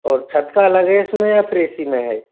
और छत का अलग है इस में या फिर इसी में है